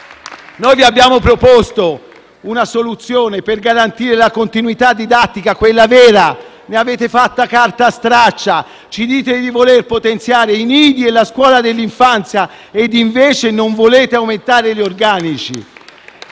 Noi vi abbiamo proposto una soluzione per garantire la continuità didattica, quella vera, e ne avete fatto carta straccia. Ci dite di voler potenziare i nidi e la scuola dell'infanzia e invece non volete aumentare gli organici.